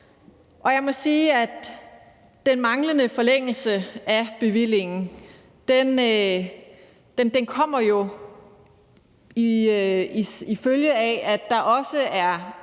Og jeg må sige, at den manglende forlængelse af bevillingen jo kommer som følge af, at der også er